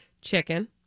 Chicken